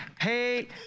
Hey